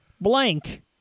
Blank